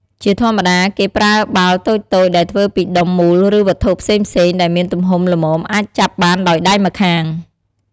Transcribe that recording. ជាធម្មតាគេប្រើបាល់តូចៗដែលធ្វើពីដុំមូលឬវត្ថុផ្សេងៗដែលមានទំហំល្មមអាចចាប់បានដោយដៃម្ខាង។